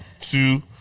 two